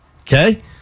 Okay